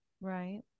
Right